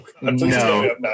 No